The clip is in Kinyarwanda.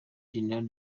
general